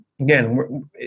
Again